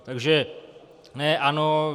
Takže ne ANO.